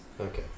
okay